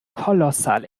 kolossal